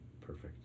perfect